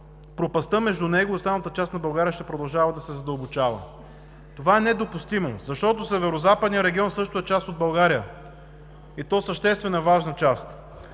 пропастта между него и останалата част на България ще продължава да се задълбочава. Това е недопустимо, защото Северозападният регион също е част от България, и то съществена, важна част.